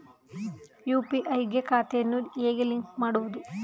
UPI ಗೆ ಖಾತೆಯನ್ನು ಹೇಗೆ ಲಿಂಕ್ ಮಾಡುವುದು?